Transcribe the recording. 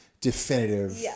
definitive